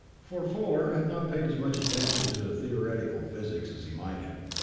for fuller had not paid as much attention to theoretical physics as he might have,